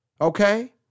Okay